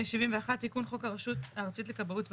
71. תיקון חוק הרשות הארצית לכבאות והצלה.